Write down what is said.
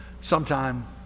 sometime